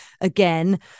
again